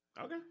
Okay